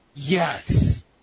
Yes